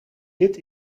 dit